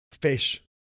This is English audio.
fish